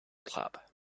club